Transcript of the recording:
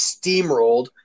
steamrolled